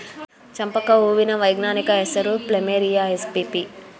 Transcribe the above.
ಚಂಪಕ ಹೂವಿನ ವೈಜ್ಞಾನಿಕ ಹೆಸರು ಪ್ಲಮೇರಿಯ ಎಸ್ಪಿಪಿ